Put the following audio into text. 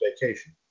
Vacation